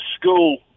school